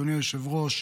אדוני היושב-ראש,